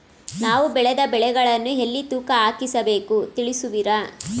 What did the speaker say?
ನಾವು ಬೆಳೆದ ಬೆಳೆಗಳನ್ನು ಎಲ್ಲಿ ತೂಕ ಹಾಕಿಸಬೇಕು ತಿಳಿಸುವಿರಾ?